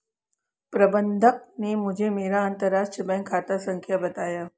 प्रबन्धक ने मुझें मेरा अंतरराष्ट्रीय बैंक खाता संख्या बताया